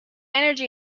energy